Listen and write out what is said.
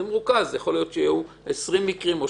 יכול להיות שיהיו 20 מקרים.